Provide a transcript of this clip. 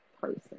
person